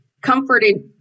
comforted